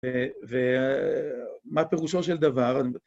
ומה פירושו של דבר